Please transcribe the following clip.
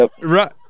Right